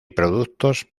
productos